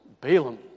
Balaam